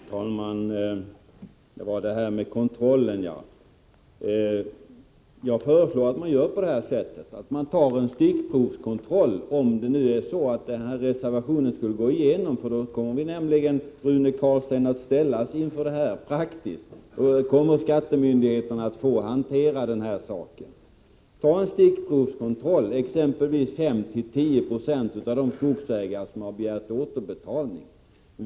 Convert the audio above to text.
Herr talman! När det gäller kontrollen föreslår jag att man gör en stickprovskontroll. Om reservationen skulle bifallas kommer vi nämligen, Rune Carlstein, att ställas inför detta problem rent praktiskt, och då kommer skattemyndigheterna att få hantera det. Gör en stickprovskontroll avseende exempelvis 5—-10 20 av de skogsägare som har begärt återbetalning.